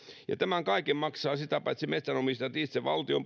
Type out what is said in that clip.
tämän kaiken maksavat sitä paitsi metsänomistajat itse valtion